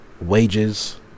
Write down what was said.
wages